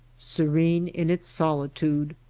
serene in its sol itude,